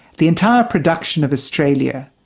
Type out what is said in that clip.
the entire production of australia,